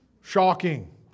shocking